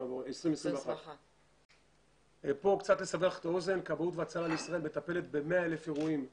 2021. כבאות והצלה לישראל מטפלת ב-100,000 אירועים בשנה,